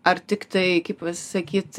ar tiktai kaip sakyt